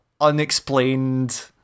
unexplained